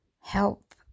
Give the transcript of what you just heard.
help